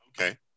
Okay